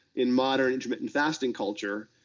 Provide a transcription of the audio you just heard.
in modern intermittent fasting culture,